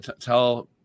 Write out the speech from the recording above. tell